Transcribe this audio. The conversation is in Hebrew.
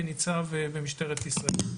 כניצב במשטרת ישראל.